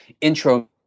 intro